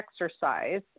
exercise